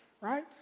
right